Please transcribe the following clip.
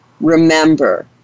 Remember